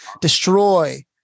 destroy